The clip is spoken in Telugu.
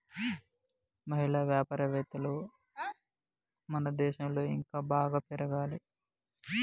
మహిళా వ్యాపారవేత్తలు మన దేశంలో ఇంకా బాగా పెరగాలి